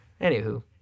anywho